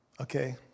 Okay